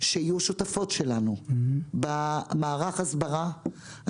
שיהיו שותפות שלנו במערך ההסברה.